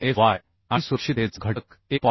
6fy आणि सुरक्षिततेचा घटक 1